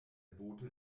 boote